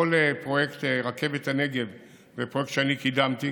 כל פרויקט רכבת הנגב זה פרויקט שאני קידמתי,